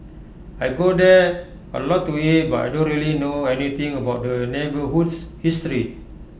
I go there A lot to eat but I don't really know anything about the neighbourhood's history